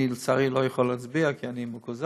אני לצערי לא יכול להצביע כי אני מקוזז,